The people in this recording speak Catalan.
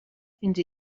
fins